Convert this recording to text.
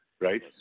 right